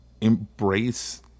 embrace